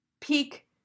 peak